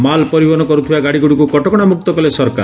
ମାଲ୍ ପରିବହନ କରୁଥିବା ଗାଡିଗୁଡ଼ିକୁ କଟକଶାମୁକ୍ତ କଲେ ସରକାର